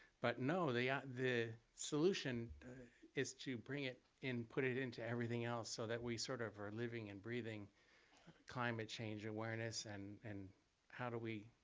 but no, the yeah the solution is to bring it in, put it into everything else so that we sort of are living and breathing climate change awareness and and how do we,